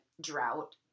drought